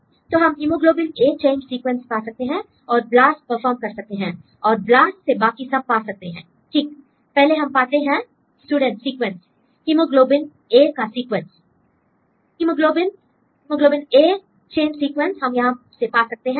student तो हम haemoglobin A chain sequence पा सकते हैं और ब्लास्ट परफॉर्म कर सकते हैं और ब्लास्ट से बाकी सब पा सकते हैं l ठीक पहले हम पाते हैं स्टूडेंट सीक्वेंस हिमोग्लोबिन A का sequence l haemoglobin haemoglobin A chain sequence हम कहां से पा सकते हैं